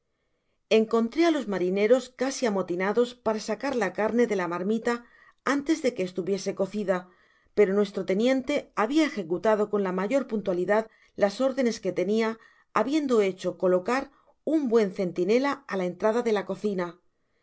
encontré á los marineros casi amotinados para sacar la carne de la marmita antes de que estuviese cocida pero nuestro teniente habia ejecutado con la mayor puntualidad las órdenes que tenia habiendo hecho colocar un buen centinela á la entrada de la cecina